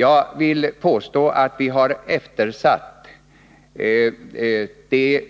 Jag vill t.o.m. påstå att vi har eftersatt det